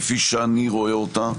כפי שאני רואה אותה.